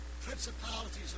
principalities